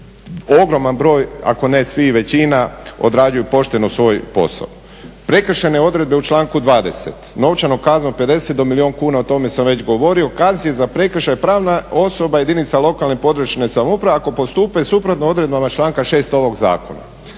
ogroman broj ako ne svi, većina odrađuju pošteno svoj posao. Prekršajne odredbe u članku 20. novčanu kaznu od 50 do milijun kuna o tome sam već govorio kaznit će se za prekršaj pravna osoba jedinica lokalne i područne samouprave ako postupe suprotno odredbama članka 6. ovog zakona.